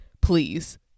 please